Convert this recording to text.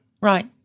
Right